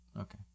Okay